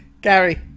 Gary